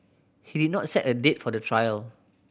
he did not set a date for the trial